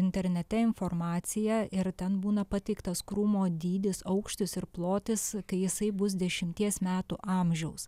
internete informaciją ir ten būna pateiktas krūmo dydis aukštis ir plotis kai jisai bus dešimties metų amžiaus